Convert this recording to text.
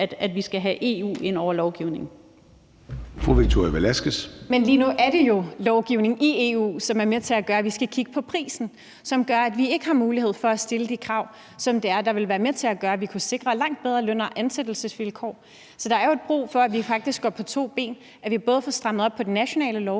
Velasquez. Kl. 13:32 Victoria Velasquez (EL): Lige nu er det jo lovgivning i EU, som er med til at gøre, at vi skal kigge på prisen, og som gør, at vi ikke har mulighed for at stille de krav, som vil være med til at gøre, at vi kunne sikre langt bedre løn- og ansættelsesvilkår. Så der er jo brug for, at vi faktisk går på to ben, altså at vi får strammet op på både den nationale lovgivning,